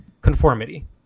conformity